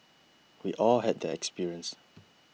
we all had that experience